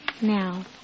Now